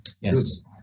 yes